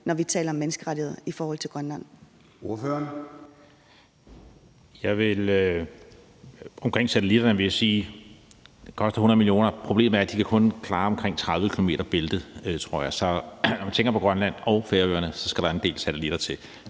når vi taler om menneskerettigheder i forhold til Grønland?